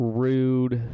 rude